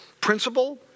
principle